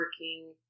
working